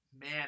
man